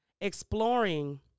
Exploring